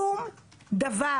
שום דבר